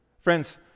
Friends